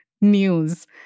news